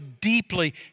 deeply